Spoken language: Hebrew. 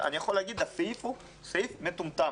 הסעיף הוא סעיף מטומטם